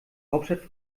hauptstadt